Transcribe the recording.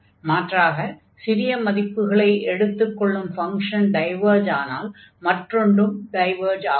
மாற்றாக சிறிய மதிப்புகளை எடுத்துக் கொள்ளும் ஃபங்ஷன் டைவர்ஜ் ஆனால் மற்றொன்றும் டைவர்ஜ் ஆகும்